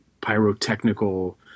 pyrotechnical